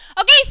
Okay